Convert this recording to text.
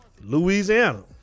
Louisiana